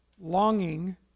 longing